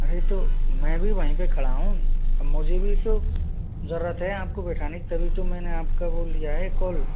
अरे तो मैं भी वहीं पे खड़ा हूँ मुझे भी तो जरूरत है आपको बैठाने की तभी तो मैंने आपका वो लिया है कॉल